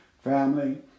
Family